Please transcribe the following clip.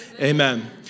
Amen